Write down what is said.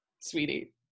sweetie